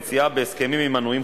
מלים וקוראות לקנס היציאה "החזר הטבה",